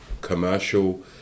commercial